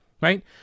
Right